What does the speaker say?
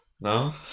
No